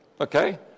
Okay